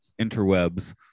interwebs